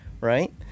right